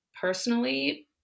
personally